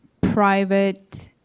private